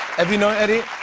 have you known eddie?